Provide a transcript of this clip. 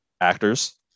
actors